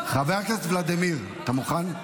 חבר הכנסת ולדימיר, חבר הכנסת ולדימיר, אתה מוכן?